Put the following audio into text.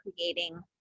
creating